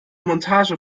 montage